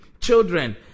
Children